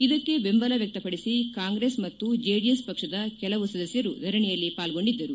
ಇದಕ್ಕೆ ಬೆಂಬಲ ವ್ಯಕ್ತ ಪಡಿಸಿ ಕಾಂಗ್ರೆಸ್ ಮತ್ತು ಜೆಡಿಎಸ್ ಪಕ್ಷದ ಕೆಲವು ಸದಸ್ಟರು ಧರಣೆಯಲ್ಲಿ ಪಾಲ್ಗೊಂಡಿದ್ದರು